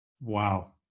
wow